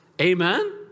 Amen